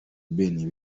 ben